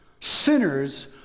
sinners